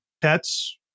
pets